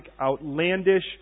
outlandish